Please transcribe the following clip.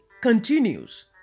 continues